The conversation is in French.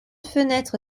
fenêtre